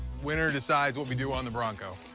winner decides what we do on the bronco.